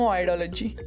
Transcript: ideology